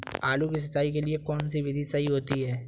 आलू की सिंचाई के लिए कौन सी विधि सही होती है?